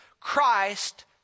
Christ